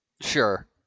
sure